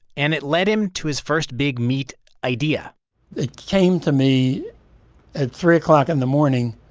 and it led him to his first big meat idea it came to me at three o'clock in the morning.